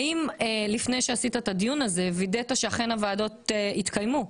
האם לפני שעשית את הדיון הזה וידאת שאכן הוועדות יתקיימו?